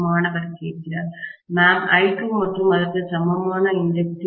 மாணவர் ma'am I2 மற்றும் அதற்கு சமமானவை இன்டக்டிவ்